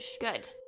Good